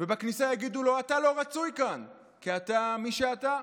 ובכניסה יגידו לו: אתה לא רצוי כאן כי אתה מי שאתה.